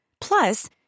Plus